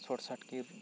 short circuit